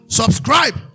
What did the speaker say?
subscribe